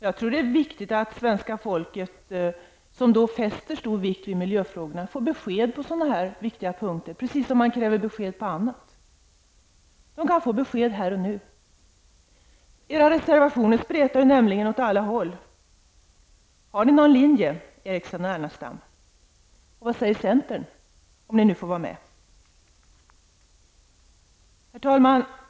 Jag tror att det är viktigt att svenska folket, som fäster stor vikt vid miljöfrågorna, får besked på dessa viktiga punkter, precis som de kan kräva besked på annat. De kan väl få besked här och nu. Era reservationer spretar nämligen åt alla håll. Har ni någon linje, Eriksson och Ernestam? Och vad säger centern om nu centern får vara med? Herr talman!